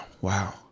wow